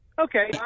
Okay